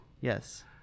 Yes